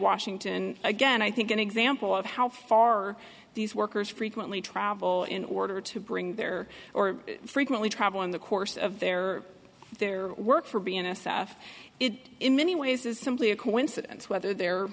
washington again i think an example of how far these workers frequently travel in order to bring their or frequently travel in the course of their their work for b n s f it in many ways is simply a coincidence whether they're